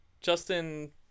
Justin